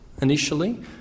initially